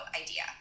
idea